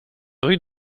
rue